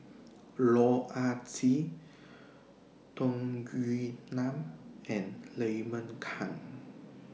Loh Ah Chee Tung Yue Nang and Raymond Kang